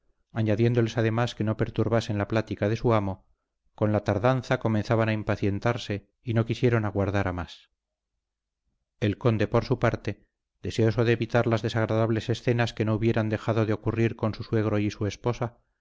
injusta añadiéndoles además que no perturbasen la plática de su amo con la tardanza comenzaban a impacientarse y no quisieron aguardar a más el conde por su parte deseoso de evitar las desagradables escenas que no hubieran dejado de ocurrir con su suegro y su esposa